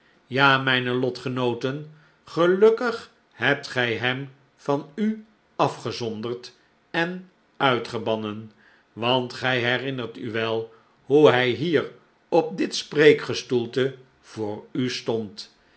ja mijne lotgenooten gelukkig hebt gij hem van u afgezonderd en uitgebannen want gij herinnert u we hoe hi hier op dit spreekgestoelte voor u stond